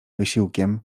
wysiłkiem